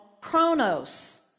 chronos